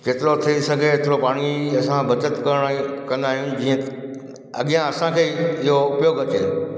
जेतिरो थी सघे एतिरो पाणीअ जी असां बचति कंदा आहियूं जीअं अॻियां असांखे इहो उपयोग अचे